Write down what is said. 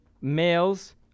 males